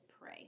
pray